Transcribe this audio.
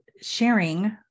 sharing